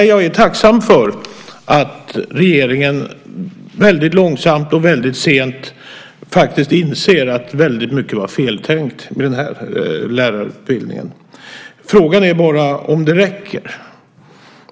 Jag är tacksam för att regeringen, om än långsamt och sent, inser att väldigt mycket med den här lärarutbildningen var feltänkt. Frågan är bara om det räcker.